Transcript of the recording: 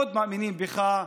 מאוד מאמינים בך,